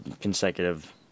consecutive